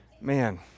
man